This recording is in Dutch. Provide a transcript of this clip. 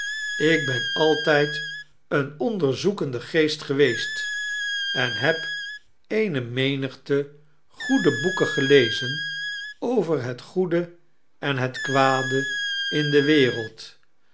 ik ben altijd een onderzoekiende geest geweest en heb eene menigte goede boeken gelezen over het goede en het kwiade in de wen-eld